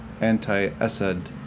anti-Assad